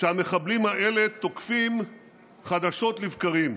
שהמחבלים האלה תוקפים חדשות לבקרים?